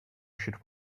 should